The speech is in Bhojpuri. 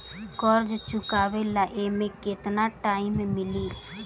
कर्जा चुकावे ला एमे केतना टाइम मिली?